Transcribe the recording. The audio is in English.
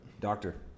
Doctor